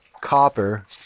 copper